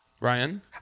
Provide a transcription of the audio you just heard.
ryan